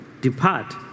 depart